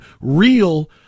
real